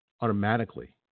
automatically